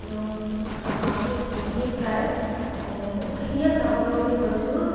আমি পুহি পেলাই বহুতখিনিয়ে স্বাৱলম্বী হৈছোঁ